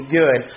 good